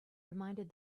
reminded